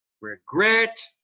regret